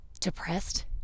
depressed